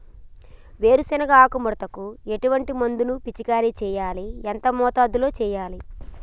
వేరుశెనగ ఆకు ముడతకు ఎటువంటి మందును పిచికారీ చెయ్యాలి? ఎంత మోతాదులో చెయ్యాలి?